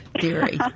theory